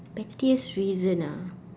pettiest reason ah